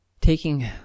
taking